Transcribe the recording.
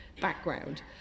background